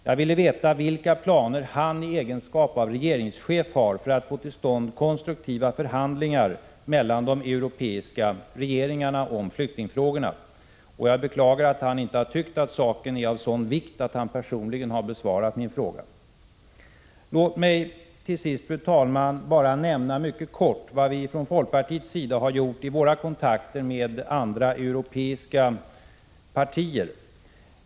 Jag ville veta vilka planer han i egenskap av regeringschef har för att få till stånd konstruktiva förhandlingar mellan de europeiska regeringarna om flyktingfrågorna. Jag beklagar att han inte har tyckt att saken är av sådan vikt att han personligen besvarat min fråga. Låt mig, fru talman, mycket kort nämna vad vi från folkpartiets sida har gjort i våra kontakter med andra europeiska partier.